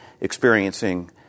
experiencing